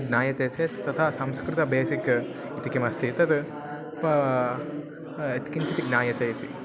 ज्ञायते चेत् तथा संस्कृतं बेसिक् इति किमस्ति तद् प यत् किञ्चित् ज्ञायते इति